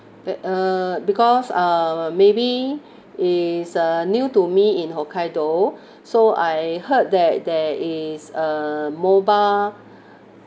the uh because uh maybe is uh new to me in hokkaido so I heard that there is a mobile